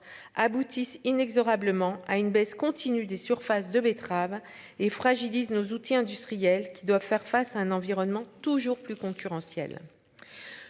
aboutissent inexorablement à une baisse continue des surfaces de betterave et fragilise nos outils industriels qui doivent faire face à un environnement toujours plus concurrentiel.